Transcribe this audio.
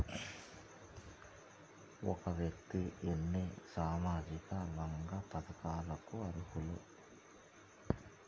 ఒక వ్యక్తి ఎన్ని సామాజిక రంగ పథకాలకు అర్హులు?